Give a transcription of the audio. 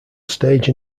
stage